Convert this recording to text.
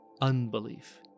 unbelief